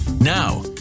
Now